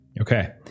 Okay